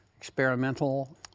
experimental